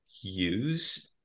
use